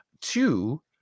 Two